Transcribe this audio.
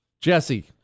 Jesse